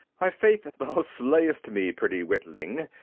i' faith thou slayest me, pretty witling.